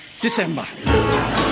December